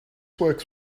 works